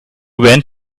went